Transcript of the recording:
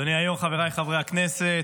אדוני היו"ר, חבריי חברי הכנסת,